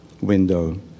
window